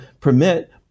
permit